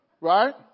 Right